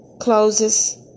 closes